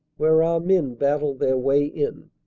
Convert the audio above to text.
where our men battled their way in.